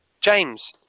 James